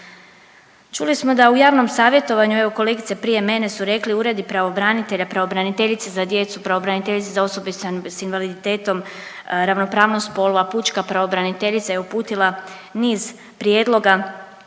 Čuli smo da u javnom savjetovanju, evo kolegice prije mene su rekle, Uredi pravobranitelja, pravobraniteljice za djecu, pravobraniteljice za osobe s invaliditetom, ravnopravnost spolova, pučka pravobraniteljica je uputila niz prijedloga